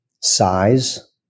size